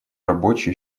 рабочие